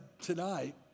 tonight